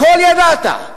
הכול ידעת.